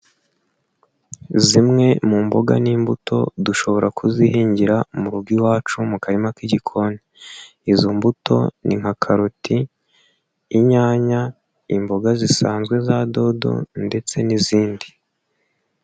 Zimwe mu mboga n'imbuto dushobora kuzihingira mu rugo iwacu mu karima k'igikoni. Izo mbuto ni nka; karoti, inyanya, imboga zisanzwe za dodo ndetse n'izindi.